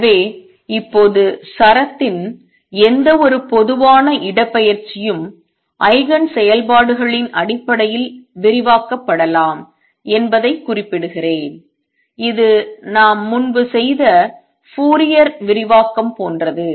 எனவே இப்போது சரத்தின் எந்தவொரு பொதுவான இடப்பெயர்ச்சியும் ஐகன் செயல்பாடுகளின் அடிப்படையில் விரிவாக்கப்படலாம் என்பதைக் குறிப்பிடுகிறேன் இது நாம் முன்பு செய்த ஃபோரியர் விரிவாக்கம் போன்றது